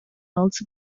also